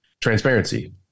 transparency